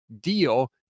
deal